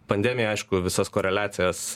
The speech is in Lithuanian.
pandemija aišku visas koreliacijas